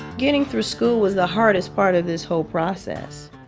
getting through school was the hardest part of this whole process.